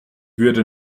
würde